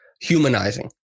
humanizing